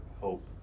hope